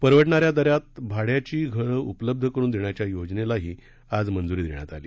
परवडणाऱ्या दरात भाड्याची घरं उपलब्ध करुन देण्याच्या योजनेलाही आज मंज्री देण्यात आली